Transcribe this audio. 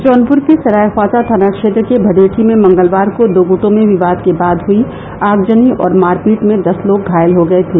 जौनपुर के सरायख्वाजा थाना क्षेत्र के भदेठी में मंगलवार को दो गूटों में विवाद के बाद हई आगजनी और मारपीट में दस लोग घायल हो गए थे